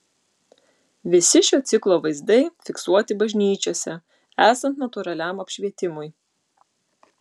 visi šio ciklo vaizdai fiksuoti bažnyčiose esant natūraliam apšvietimui